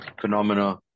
phenomena